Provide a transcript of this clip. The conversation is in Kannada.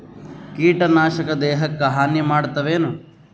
ಕೀಟನಾಶಕ ದೇಹಕ್ಕ ಹಾನಿ ಮಾಡತವೇನು?